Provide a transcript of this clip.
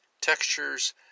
textures